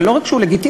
ולא רק שהוא לגיטימי,